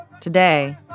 today